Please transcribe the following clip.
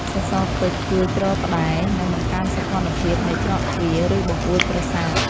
សសរពេជ្រជួយទ្រផ្តែរ និងបង្កើនសោភ័ណភាពនៃច្រកទ្វារ ឬបង្អួចប្រាសាទ។